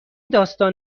داستان